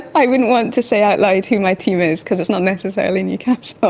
i wouldn't want to say out loud who my team is because it's not necessarily newcastle.